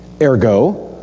Ergo